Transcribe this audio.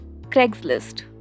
Craigslist